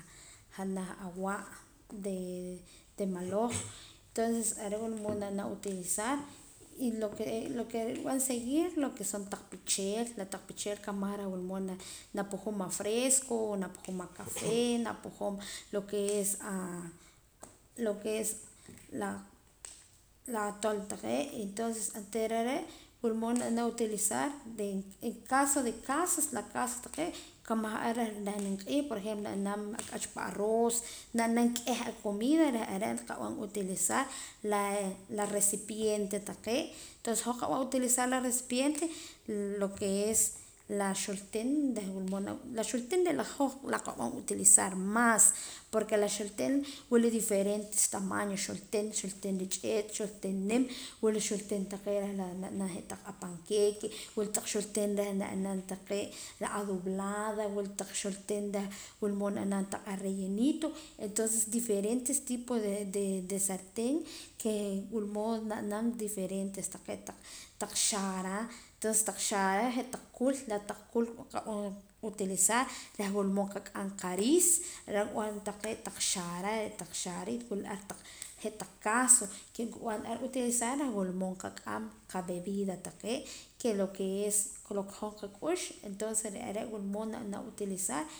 Janaj awa' de de maloj entonces are' wula mood na b'anam utilizar y lo que lo que rib'an seguir re' lo que son taq pichel la pinchel nkamaj reh wula mood na pujuum afresco o na pujuum a kapee na pujuum lo que es a lo que es la la atol taqee' y entonces oontera are' wula mood nab'am utilizar en caso de cazo la cazos taqee' kamaj ar eh nim q'iij por ejemplo na naam ak'ach pa aroos na naam k'ih acomida reh are' nqab'an utilizar la la recipiente taqee' tonces hoj qab'an utilizar la recipiente lo que es la xultiin reh wula mood la xultiin re' la que qab'an utilizar más porque la xortiin wila diferentes tamaños reh xortiin xortiin rich'eet xortiin nim wila xortiin taqee' reh la je' a taq panqueque wula tan xortiin reh na re' la doblada taq xortiin reh nab'an a rellenito entonces diferentes tipos de de sartén que wula modo na naam diferentes taqee' taq xaara tonces taq xaara je' taq kul taq kul qab'an utilizar reh wula mood qak'an qariis reh b'an taqee' taq xaara y wula ar je' taq cazo rib'an utilizar reh wula mood qak'an qa bebida taqee' que lo que es lo que hoj qak'ux entonce are' wula mood na b'an utilizar